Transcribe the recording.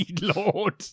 Lord